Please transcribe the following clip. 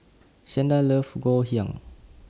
Shanda loves Ngoh Hiang